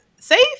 safe